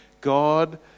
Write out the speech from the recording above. God